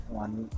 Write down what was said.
one